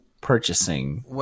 purchasing